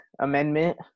amendment